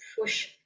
push